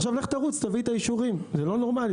ועכשיו לך תרוץ ותביא את האישורים זה לא נורמלי.